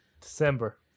December